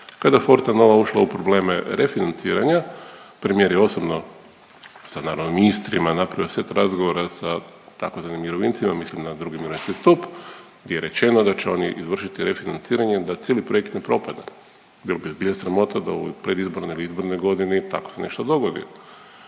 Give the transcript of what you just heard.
Kada je Fortenova ušla u probleme refinanciranja premijer je osobno sa naravno ministrima napravio set razgovora sa tzv. mirovincima mislim na II. mirovinski stup gdje je rečeno da će oni izvršiti refinanciranje da cijeli projekt ne propada. Bilo bi zbilja sramota da u predizbornoj ili izbornoj godini tako se nešto dogodi.